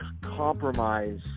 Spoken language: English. compromise